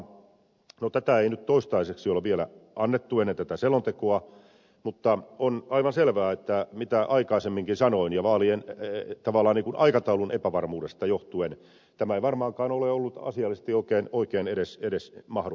no sitä ei nyt toistaiseksi ole vielä annettu ennen tätä selontekoa mutta on aivan selvää kuten aikaisemminkin sanoin että vaalien tavallaan aikataulun epävarmuudesta johtuen tämä ei varmaankaan ole ollut asiallisesti oikein edes mahdollista